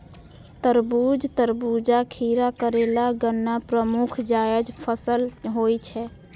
तरबूज, खरबूजा, खीरा, करेला, गन्ना प्रमुख जायद फसल होइ छै